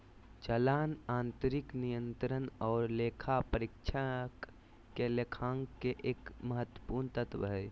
चालान आंतरिक नियंत्रण आर लेखा परीक्षक के लेखांकन के एक महत्वपूर्ण तत्व हय